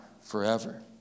forever